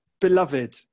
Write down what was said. Beloved